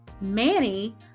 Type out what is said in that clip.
Manny